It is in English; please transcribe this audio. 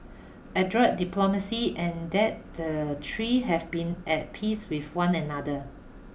adroit diplomacy and that the three have been at peace with one another